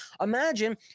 Imagine